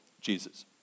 Jesus